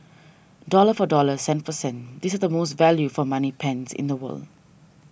dollar for dollar cent for cent these is the most value for money pens in the world